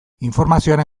informazioaren